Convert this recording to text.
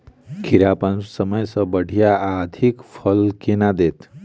खीरा अप्पन समय सँ बढ़िया आ अधिक फल केना देत?